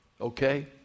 okay